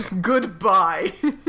goodbye